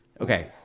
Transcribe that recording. Okay